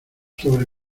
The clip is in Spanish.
sobre